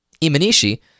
Imanishi